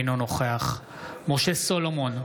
אינו נוכח משה סולומון,